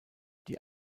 die